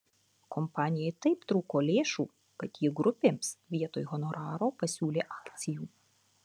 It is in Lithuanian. kompanijai taip trūko lėšų kad ji grupėms vietoj honoraro pasiūlė akcijų